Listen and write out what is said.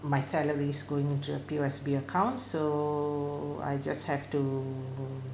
my salary is going to the P_O_S_B account so I just have to